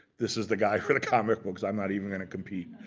this is the guy from the comic books, i'm not even going to compete.